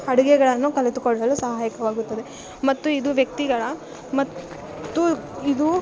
ಅಡುಗೆಗಳನ್ನು ಕಲಿತುಕೊಳ್ಳಲು ಸಹಾಯಕವಾಗುತ್ತದೆ ಮತ್ತು ಇದು ವ್ಯಕ್ತಿಗಳ ಮತ್ತು ಇದು